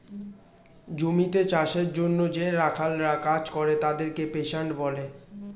জমিতে চাষের জন্যে যে রাখালরা কাজ করে তাদেরকে পেস্যান্ট বলে